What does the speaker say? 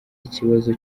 ikibazo